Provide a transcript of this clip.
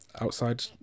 outside